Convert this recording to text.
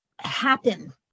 happen